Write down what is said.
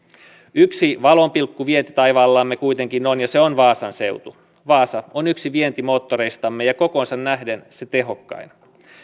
yksi valonpilkku vientitaivaallamme kuitenkin on ja se on vaasan seutu vaasa on yksi vientimoottoreistamme ja kokoonsa nähden se tehokkain